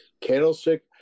Candlestick